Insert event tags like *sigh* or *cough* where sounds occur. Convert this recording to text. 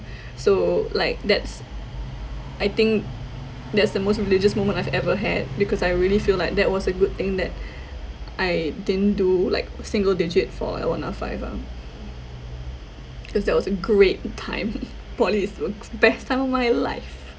so like that's I think that's the most religious moment I've ever had because I really feel like that was a good thing that I didn't do like single digit for L one R five ah cause that was a great time *laughs* poly is the best time of my life